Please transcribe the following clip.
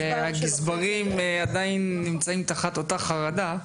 והגזברים נמצאים עדיין תחת אותה חרדה.